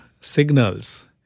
signals